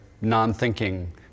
non-thinking